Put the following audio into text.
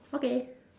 okay